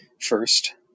First